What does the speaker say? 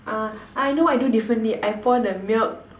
uh I know what I do differently I pour the milk